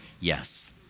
yes